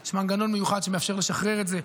יש מנגנון מיוחד שמאפשר לשחרר את זה,